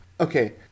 Okay